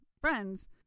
friends